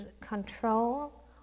control